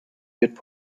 wird